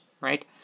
right